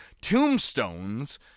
tombstones